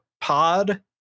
pod